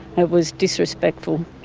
it was disrespectful.